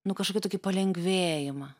nu kažkokį tokį palengvėjimą